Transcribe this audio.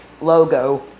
logo